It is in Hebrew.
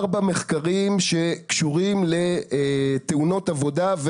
ארבעה מחקרים שקשורים לתאונות עבודה,